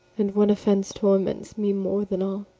and one offense torments me more than all.